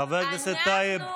חבר הכנסת טייב.